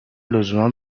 لزوما